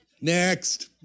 Next